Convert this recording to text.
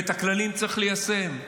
ואת הכללים צריך ליישם.